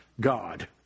God